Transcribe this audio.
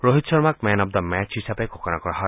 ৰোহিত শৰ্মক man of the match হিচাপে ঘোষণা কৰা হয়